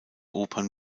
opern